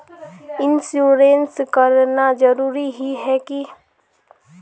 Insurance कराना जरूरी ही है की?